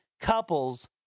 couples